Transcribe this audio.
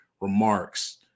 remarks